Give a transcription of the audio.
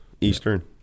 Eastern